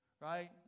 right